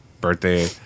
birthday